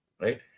right